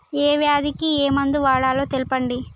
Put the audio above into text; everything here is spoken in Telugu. ఏ వ్యాధి కి ఏ మందు వాడాలో తెల్పండి?